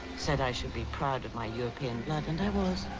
said i should be proud of my european blood and i was.